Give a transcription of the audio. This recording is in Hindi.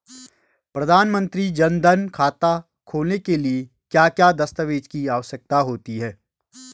प्रधानमंत्री जन धन खाता खोलने के लिए क्या क्या दस्तावेज़ की आवश्यकता होती है?